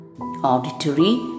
auditory